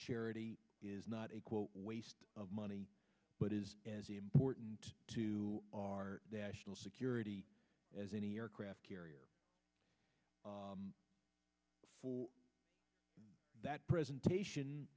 charity is not a quote waste of money but is as important to our national security as any aircraft carrier for that presentation